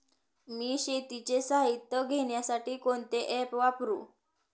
मी शेतीचे साहित्य घेण्यासाठी कोणते ॲप वापरु?